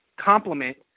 complement